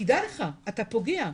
תדע לך אתה פוגע,